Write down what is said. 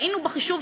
טעינו בחישוב,